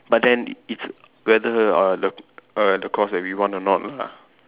but then it's whether uh the uh the course we want or not lah